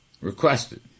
requested